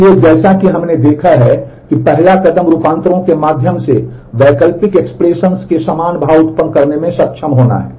इसलिए जैसा कि हमने देखा है कि पहला कदम रूपांतरों के माध्यम से वैकल्पिक एक्सप्रेशंस के समान भाव उत्पन्न करने में सक्षम होना है